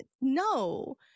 no